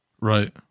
Right